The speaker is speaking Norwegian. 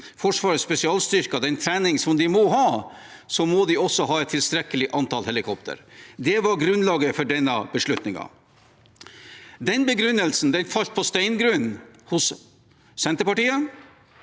Forsvarets spesialstyrker den trening de må ha, må de også ha et tilstrekkelig antall helikoptre. Det var grunnlaget for denne beslutningen. Den begrunnelsen falt på steingrunn hos Senterpartiet.